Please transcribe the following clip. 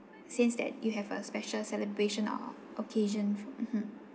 since that you have a special celebration or occasion mmhmm